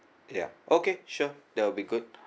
ya okay sure that would be good